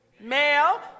male